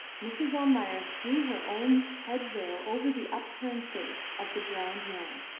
mrs. almayer threw her own head-veil over the upturned face of the drowned man,